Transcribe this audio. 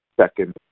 second